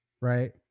Right